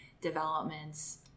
developments